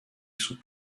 sous